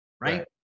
Right